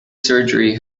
surgery